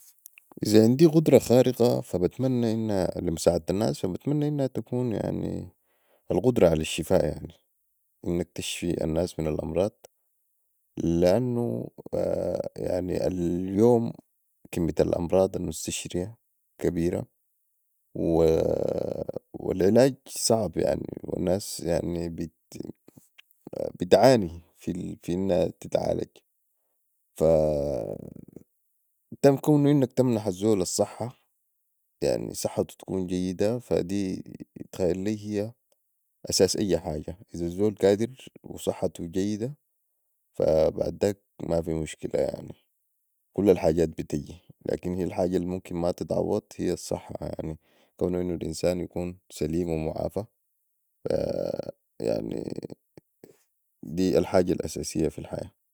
إذا عندي قدره خارقة فبتمنا انها لي مساعدة الناس فبتمنا انها تكون القدرة علي الشفاء انك تشفي الناس من الامراض لانو اليوم كميه الامراض المستشريه كبيره و العلاج صعب يعني والناس يعني بتعاني في انها تتعالج فكونو انك تمنح الزول الصحة يعني صحتو يكون جيدة فاتخيل لي هي ده اساس أي حاجه إذا الزول قادر وصحتو جيده فبعداك مافي مشكلة يعني كل الحجات بتجي لكن الحاجة الممكن ماتتعوض هي الصحه يعني كونو انو الانسان يكون سليم ومعافي يعني دي الحاجة الاساسية في الحياه